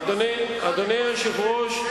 אדוני היושב-ראש,